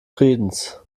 friedens